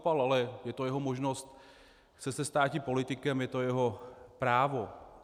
Ale je to jeho možnost, chce se státi politikem, je to jeho právo.